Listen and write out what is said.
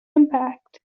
impact